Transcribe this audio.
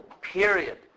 period